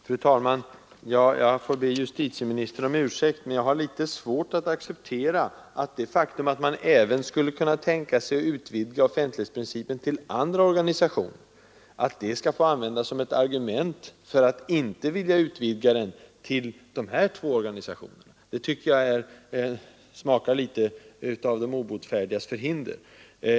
Fru talman! Jag får be justitieministern om ursäkt, men jag har litet svårt att acceptera att det faktum, att man även skulle kunna tänka sig att utvidga offentlighetsprincipen till andra organisationer, skall få användas som ett argument för att man inte vill utvidga den till de två nu aktuella organisationerna. Det tycker jag smakar litet av den obotfärdiges förhinder.